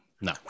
no